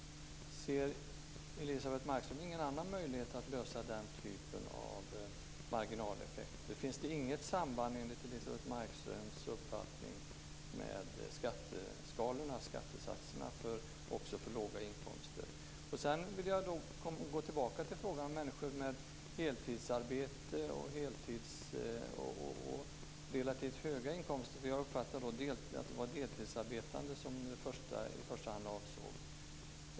Ser Elisebeht Markström ingen annan möjlighet att komma till rätta med den typen av marginaleffekter? Finns det enligt Elisebeht Markström inget samband med skatteskalorna och skattesatserna för låginkomsttagare? Sedan vill jag gå tillbaka till frågan om heltidsarbete och relativt höga inkomster. Jag uppfattade att det var deltidsarbetande som i första hand avsågs.